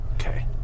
Okay